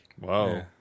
Wow